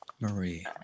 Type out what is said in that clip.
Marie